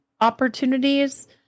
opportunities